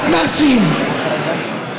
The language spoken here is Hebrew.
מתנ"סים,